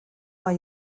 hay